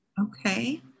Okay